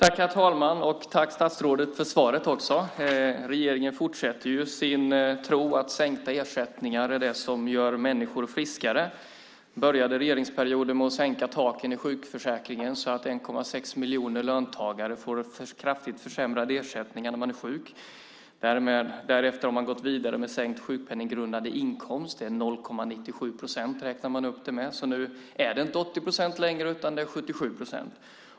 Fru talman! Tack, statsrådet, för svaret! Regeringen fortsätter att tro att sänkta ersättningar gör människor friskare. Man började regeringsperioden med att sänka taken i sjukförsäkringen så att 1,6 miljoner löntagare nu får kraftigt försämrade ersättningar när de är sjuka. Därefter har man gått vidare med sänkt sjukpenninggrundande inkomst. 0,97 procent räknade man upp den med, så nu är det inte 80 procent längre, utan det är 77 procent.